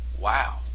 Wow